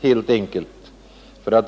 helt enkelt räknat galet.